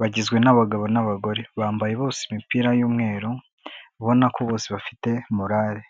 bagizwe n'abagabo n'abagore, bambaye bose imipira y'umweru, ubona ko bose bafite morale.